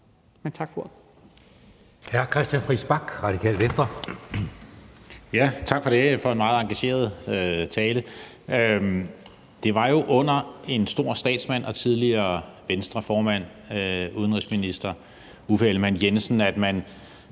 Tak for ordet.